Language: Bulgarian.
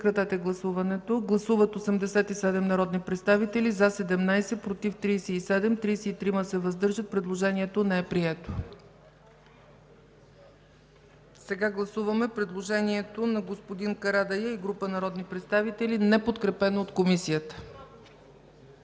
Сега гласуваме предложението на господин Карадайъ и група народни представители, неподкрепено от Комисията.